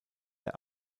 der